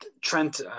Trent